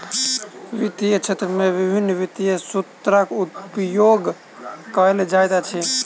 वित्तीय क्षेत्र में विभिन्न वित्तीय सूत्रक उपयोग कयल जाइत अछि